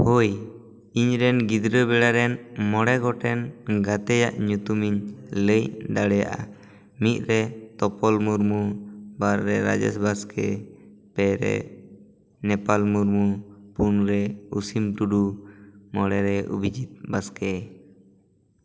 ᱦᱳᱭ ᱤᱧᱨᱮᱱ ᱜᱤᱫᱽᱨᱟᱹ ᱵᱮᱲᱟ ᱨᱮᱱ ᱢᱚᱬᱮ ᱜᱚᱴᱮᱱ ᱜᱟᱛᱮᱭᱟᱜ ᱧᱩᱛᱩᱢ ᱤᱧ ᱞᱟᱹᱭ ᱫᱟᱲᱮᱭᱟᱜᱼᱟ ᱢᱤᱫ ᱨᱮ ᱛᱚᱯᱚᱞ ᱢᱩᱨᱢᱩ ᱵᱟᱨ ᱨᱮ ᱨᱟᱡᱮᱥ ᱵᱟᱥᱠᱮ ᱯᱮ ᱨᱮ ᱱᱮᱯᱟᱞ ᱢᱩᱨᱢᱩ ᱯᱩᱱ ᱨᱮ ᱚᱥᱤᱢ ᱴᱩᱰᱩ ᱢᱚᱬᱮ ᱨᱮ ᱚᱵᱷᱤᱡᱤᱛ ᱵᱟᱥᱠᱮ